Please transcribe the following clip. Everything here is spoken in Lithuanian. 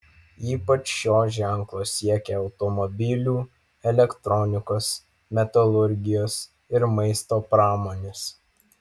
ypač šio ženklo siekia automobilių elektronikos metalurgijos ir maisto pramonės